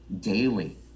daily